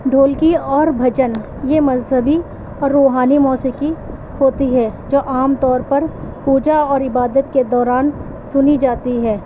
ڈھولکی اور بھجن یہ مذہبی روحانی موسیقی ہوتی ہے جو عام طور پر پوجا اور عبادت کے دوران سنی جاتی ہے